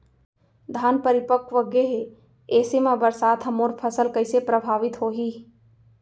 धान परिपक्व गेहे ऐसे म बरसात ह मोर फसल कइसे प्रभावित होही?